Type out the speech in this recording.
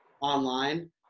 online